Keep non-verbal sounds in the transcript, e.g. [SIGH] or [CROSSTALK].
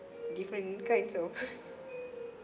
different kinds of [LAUGHS]